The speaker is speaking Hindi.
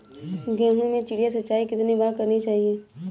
गेहूँ में चिड़िया सिंचाई कितनी बार करनी चाहिए?